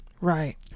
Right